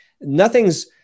nothing's